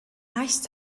цааш